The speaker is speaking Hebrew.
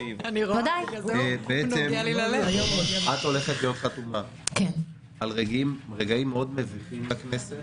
את הולכת להיות חתומה על רגעים מאוד מביכים בכנסת,